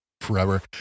forever